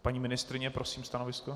Paní ministryně, prosím, stanovisko.